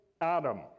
Adam